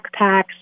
backpacks